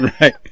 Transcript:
right